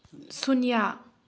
ꯁꯅ꯭ꯌꯥ